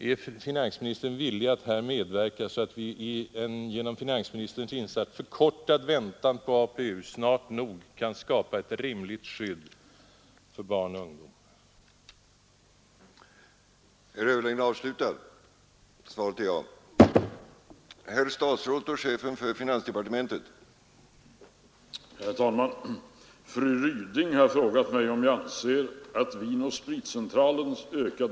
Är 1 mars 1973 finansministern beredd att här medverka, så att vi i en genom —L ———— snart nog kan skapa ett rimligt skydd för barn och ungdom? centralens användning av engångsglas